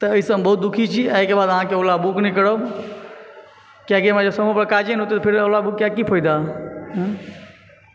तऽ एहिसॅं हम बहुत दुखी छी आइ के बाद अहाँके ओला बुक नहि करब कियाकि हमरा जे समय पर काजे नहि औते तऽ ओला बुक कै की फ़ायदा